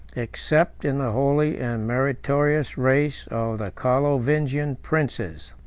except in the holy and meritorious race of the carlovingian princes.